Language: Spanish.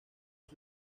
sus